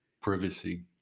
privacy